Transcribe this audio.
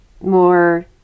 more